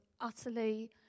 utterly